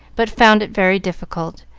but found it very difficult,